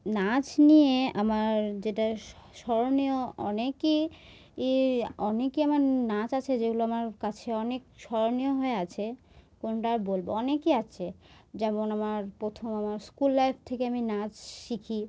নাচ নিয়ে আমার যেটা স্মরণীয় অনেকই ই অনেকই আমার নাচ আছে যেগুলো আমার কাছে অনেক স্মরণীয় হয়ে আছে কোনটা আর বলব অনেকই আছে যেমন আমার প্রথম আমার স্কুল লাইফ থেকে আমি নাচ শিখি